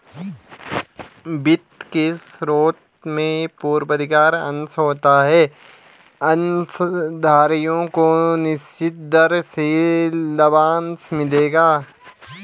वित्त के स्रोत में पूर्वाधिकार अंश होता है अंशधारियों को निश्चित दर से लाभांश मिलेगा